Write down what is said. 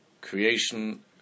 creation